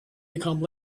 become